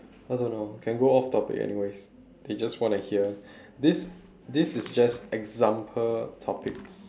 I don't know can go off topic anyways they just wanna hear this this is just example topics